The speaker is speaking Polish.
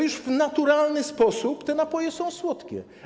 Już w naturalny sposób te napoje są słodkie.